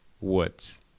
woods